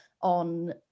on